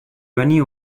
venue